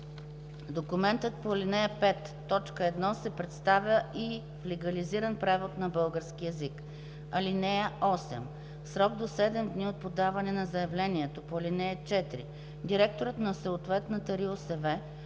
документът по ал. 5, т. 1 се представя и в легализиран превод на български език. (8) В срок до 7 дни от подаване на заявлението по ал. 4 директорът на съответната РИОСВ